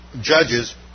Judges